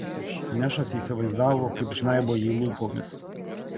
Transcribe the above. nešas įsivaizdavo kaip žnaibo jį lūpomis